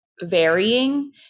varying